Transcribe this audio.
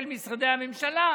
משרדי הממשלה,